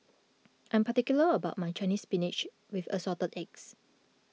I am particular about my Chinese Spinach with Assorted Eggs